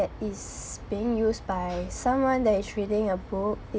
is being used by someone that is reading a book